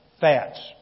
fats